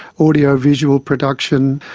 audio-visual production,